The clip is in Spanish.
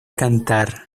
cantar